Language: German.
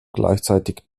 gleichzeitig